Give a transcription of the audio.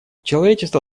человечество